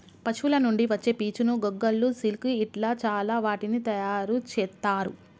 పశువుల నుండి వచ్చే పీచును గొంగళ్ళు సిల్క్ ఇట్లా చాల వాటిని తయారు చెత్తారు